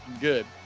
good